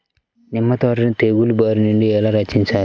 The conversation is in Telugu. నిమ్మ తోటను తెగులు బారి నుండి ఎలా రక్షించాలి?